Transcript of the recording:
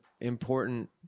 important